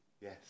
Yes